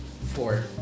four